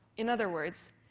in other words,